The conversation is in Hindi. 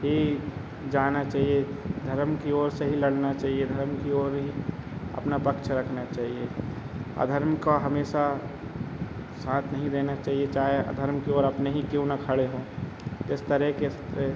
ही जाना चहिए धर्म की ओर से ही लड़ना चहिए धर्म की ओर ही अपना पक्ष रखना चाहिए अधर्म का हमेशा साथ नहीं देना चहिए चाहे अधर्म की ओर अपने ही क्यों ना खड़े हों इस तरह के से